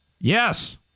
Yes